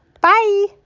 Bye